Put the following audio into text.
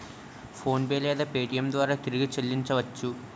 PhonePe లేదా Paytm ద్వారా తిరిగి చల్లించవచ్చ?